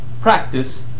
practice